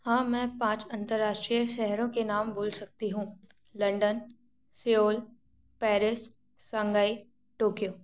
हाँ मैं पाँच अंतर्राष्ट्रीय शहरों के नाम बोल सकती हूँ London Seoul Paris Shanghai Tokyo